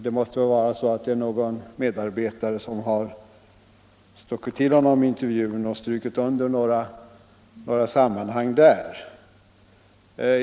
Det måste väl vara någon medarbetare som har stuckit till industriministern intervjun med några sammanhang understrukna.